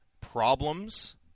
problems